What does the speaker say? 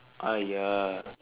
!aiya!